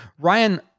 ryan